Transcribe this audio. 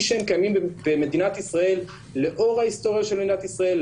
שהם קיימים במדינת ישראל לאור ההיסטוריה של מדינת ישראל,